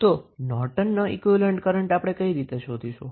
તો નોર્ટનનો equivalent current આપણે કઈ રીતે શોધીશું